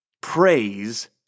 Praise